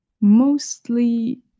mostly